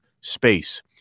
space